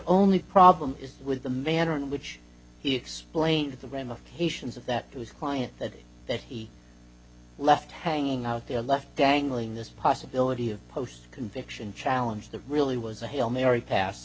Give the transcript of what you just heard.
only problem with the manner in which he explained the ramifications of that it was quiet that that he left hanging out there left dangling this possibility of post conviction challenge that really was a hail mary pass